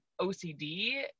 OCD